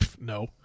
no